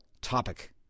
topic